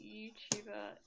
YouTuber